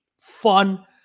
fun